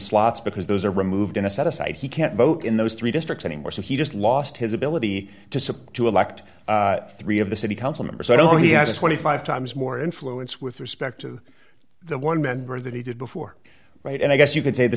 slots because those are removed in a set aside he can't vote in those three districts anymore so he just lost his ability to support to elect three of the city council members so he has twenty five times more influence with respect to the one member that he did before right and i guess you could say the